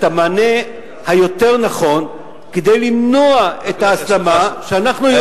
את המענה היותר נכון כדי למנוע את ההסלמה שאנחנו יודעים,